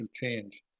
change